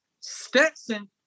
Stetson